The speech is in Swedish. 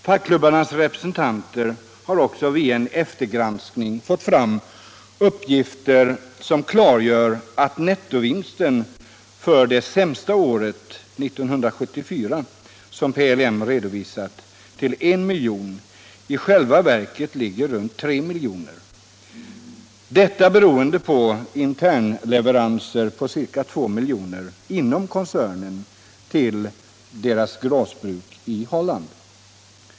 Fackklubbarnas representanter har också vid en eftergranskning fått fram uppgifter som visar att nettovinsten för det sämsta året, 1974, som PLM redovisat till 1 miljon, i själva verket ligger runt 3 miljoner — detta beroende på internleveranser på ca 2 miljoner till koncernens glasbruk i Holland.